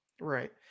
right